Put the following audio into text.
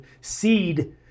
seed